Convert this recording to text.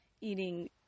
eating